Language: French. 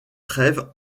trêve